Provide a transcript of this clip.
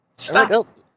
Stop